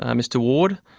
um mr ward,